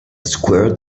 squirt